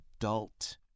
adult